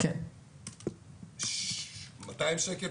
200 שקל,